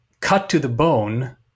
cut-to-the-bone